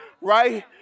right